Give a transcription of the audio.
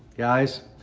guys,